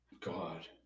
God